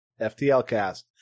FTLCast